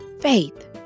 faith